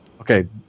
Okay